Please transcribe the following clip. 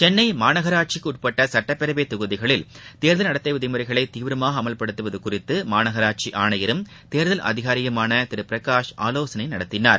சென்னை மாநகராட்சிக்குட்பட்ட சட்டப்பேரவைத்தொகுதிகளில்தேர்தல் நடத்தை விதிமுறைகளை தீவிரமாக அமல்படுத்துவது குறித்து மாநகராட்சி ஆணையரும் தேர்தல் அதிகாரியுமான திரு பிரகாஷ் ஆவோசனை நடத்தினார்